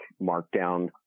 markdown